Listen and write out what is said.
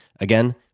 Again